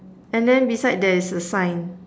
and then beside there is a sign